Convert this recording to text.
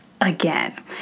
again